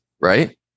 right